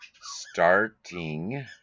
Starting